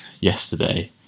yesterday